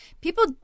people